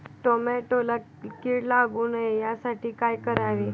टोमॅटोला कीड लागू नये यासाठी काय करावे?